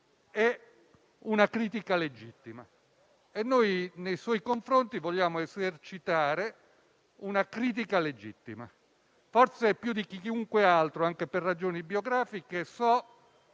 e una critica legittima, e noi nei suoi confronti vogliamo esercitare una critica legittima. Forse più di chiunque altro, anche per ragioni biografiche, so